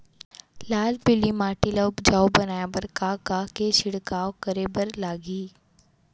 लाल पीली माटी ला उपजाऊ बनाए बर का का के छिड़काव करे बर लागही?